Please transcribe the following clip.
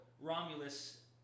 Romulus